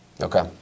Okay